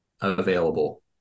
available